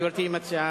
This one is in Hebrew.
מה גברתי מציעה?